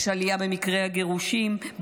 יש עלייה במקרה הגירושים,